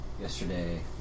yesterday